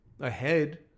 ahead